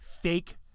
fake